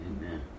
Amen